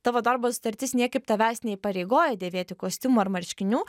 tavo darbo sutartis niekaip tavęs neįpareigoja dėvėti kostiumo ar marškinių